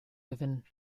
gewinnen